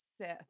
Sith